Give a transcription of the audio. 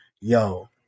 yo